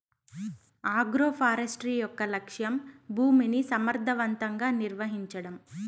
agroforestry యొక్క లక్ష్యం భూమిని సమర్ధవంతంగా నిర్వహించడం